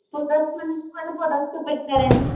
photos మనక్కూడా photos చూపిస్తారాండి